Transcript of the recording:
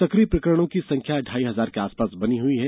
सकिय प्रकरणों की संख्या ढ़ाई हजार के आसपास बनी हुई है